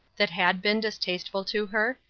that had been distasteful to her,